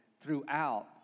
throughout